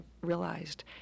realized